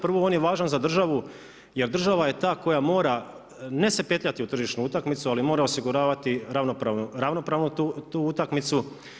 Prvo on je važan za državu jer država je ta koja mora ne se petljati u tržišnu utakmicu, ali mora osiguravati ravnopravno tu utakmicu.